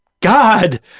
God